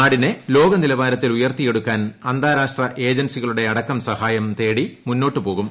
നാടിനെ ലോകനിലവാരത്തിൽ ഉയർത്തിയെടുക്കാൻ അന്താരാഷ്ട്ര ഏജൻസികളുടെയടക്കം സഹായം തേടി മുന്നോട്ടുപോകും